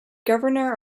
governor